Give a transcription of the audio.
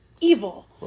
evil